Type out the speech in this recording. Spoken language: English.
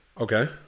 Okay